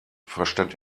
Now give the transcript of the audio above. verstand